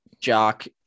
Jock